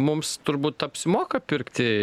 mums turbūt apsimoka pirkti